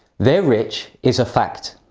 they're rich is a fact.